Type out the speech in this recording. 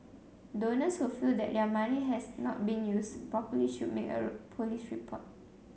donors who feel that their money has not been used properly should make a police report